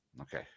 okay